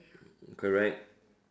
correct